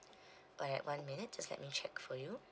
alright one minute just let me check for you